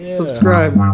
subscribe